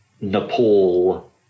Nepal